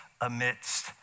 amidst